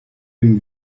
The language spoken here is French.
une